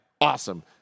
awesome